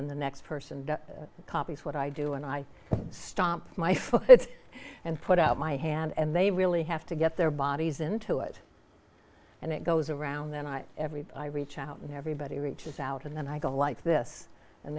in the next person copy what i do and i stomp my feet and put out my hand and they really have to get their bodies into it and it goes around then i everybody i reach out and everybody reaches out and then i go like this and